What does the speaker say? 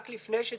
כל מה שצריך